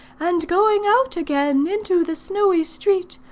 and going out again into the snowy street,